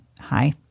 hi